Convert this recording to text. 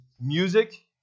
music